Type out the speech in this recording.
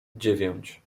dziewięć